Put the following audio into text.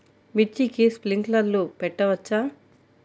మిర్చికి స్ప్రింక్లర్లు పెట్టవచ్చా?